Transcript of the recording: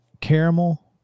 caramel